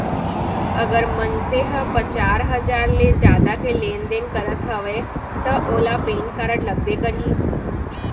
अगर मनसे ह पचार हजार ले जादा के लेन देन करत हवय तव ओला पेन कारड लगबे करही